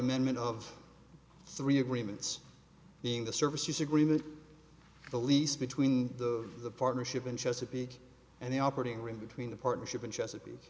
amendment of three agreements being the service use agreement the lease between the partnership in chesapeake and the operating room between the partnership in chesapeake